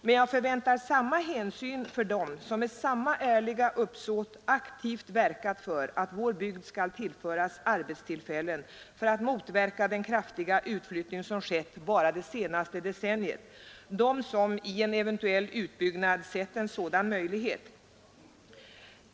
Men jag väntar samma hänsyn för dem som med samma ärliga uppsåt aktivt verkat för att vår bygd skall tillföras arbetstillfällen för att motverka den kraftiga utflyttning som skett bara det senaste decenniet — de människor som i en eventuell utbyggnad har sett en sådan möjlighet.